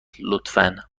لطفا